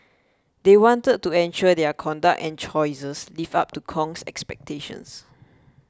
they wanted to ensure their conduct and choices lived up to Kong's expectations